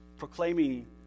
proclaiming